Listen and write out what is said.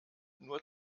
nur